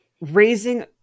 raising